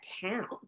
town